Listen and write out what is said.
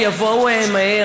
ויבוא מהר.